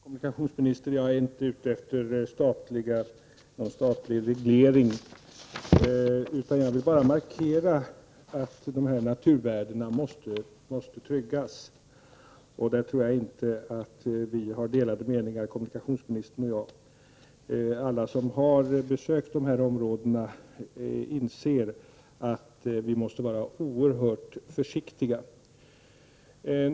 Herr talman! Nej, herr kommunikationsminister, jag är inte ute efter någon statlig reglering. Jag vill bara markera att dessa naturvärden måste tryggas. Jag tror inte att kommunikationsministern och jag har delade meningar om det. Alla som har besökt dessa områden inser att vi måste vara oerhört försiktiga.